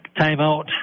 timeout